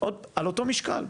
על אותו משקל,